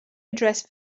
address